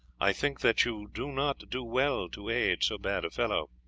i think that you do not do well to aid so bad a fellow.